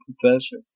professor